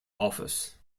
office